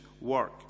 work